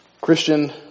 Christian